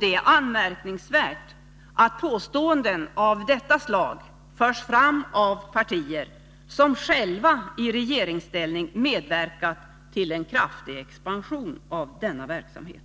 Det är anmärkningsvärt att påståenden av detta slag förs fram av partier som själva i regeringsställning medverkat till en kraftig expansion av denna verksamhet.